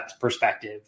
perspective